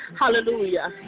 Hallelujah